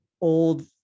old